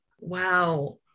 wow